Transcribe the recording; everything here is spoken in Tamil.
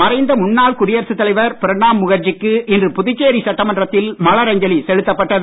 மறைந்த முன்னாள் குடியரசுத் தலைவர் பிரணாப் முகர்ஜிக்கு இன்று புதுச்சேரி சட்டமன்றத்தில் மலரஞ்சலி செலுத்தப்பட்டது